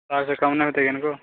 अइसँ कम नहि हेतै तनिको